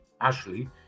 Ashley